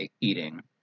eating